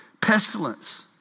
pestilence